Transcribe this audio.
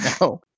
No